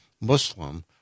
muslim